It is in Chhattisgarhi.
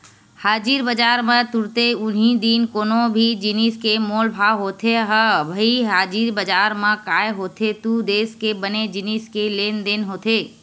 हाजिर बजार म तुरते उहीं दिन कोनो भी जिनिस के मोल भाव होथे ह भई हाजिर बजार म काय होथे दू देस के बने जिनिस के लेन देन होथे